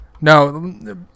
no